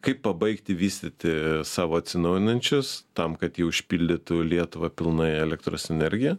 kaip pabaigti vystyti savo atsinaujinančius tam kad ji užpildytų lietuvą pilnai elektros energija